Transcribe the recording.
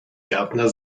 gärtner